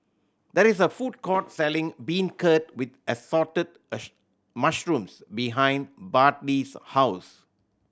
there is a food court selling beancurd with assorted mushrooms behind Bartley's house